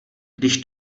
když